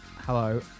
Hello